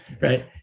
right